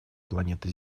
планета